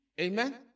Amen